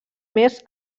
més